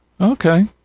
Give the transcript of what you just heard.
Okay